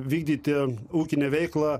vykdyti ūkinę veiklą